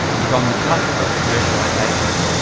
is on the cusp of commercialisation,